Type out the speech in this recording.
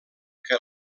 que